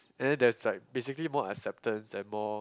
and then there's like basically more acceptance and more